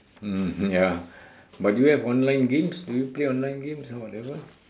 mmhmm mm ya but do you have online games do you play online games or whatever